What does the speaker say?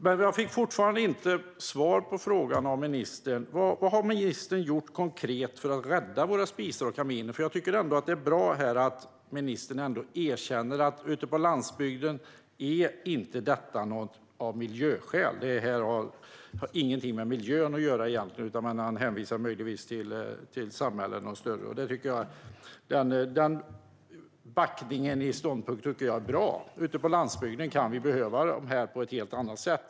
Men jag har fortfarande inte fått svar av ministern på frågan: Vad har ministern gjort konkret för att rädda våra spisar och kaminer? Jag tycker att det är bra att ministern ändå erkänner att det inte handlar om miljöskäl ute på landsbygden. Där har det egentligen ingenting med miljön att göra. Man hänvisar möjligtvis till samhällen och städer. Att man backar i fråga om den ståndpunkten tycker jag är bra. Ute på landsbygden kan vi behöva detta på ett helt annat sätt.